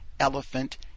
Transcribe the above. elephant